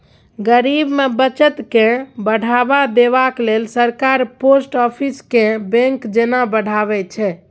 गरीब मे बचत केँ बढ़ावा देबाक लेल सरकार पोस्ट आफिस केँ बैंक जेना बढ़ाबै छै